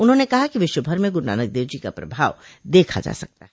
उन्होंने कहा कि विश्वभर में गुरु नानकदेव जी का प्रभाव देखा जा सकता है